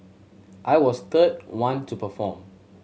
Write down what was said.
I was third one to perform